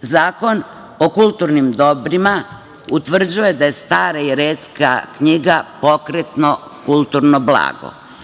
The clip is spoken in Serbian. Zakon o kulturnim dobrima utvrđuje da je stara i retka knjiga pokretno kulturno blago.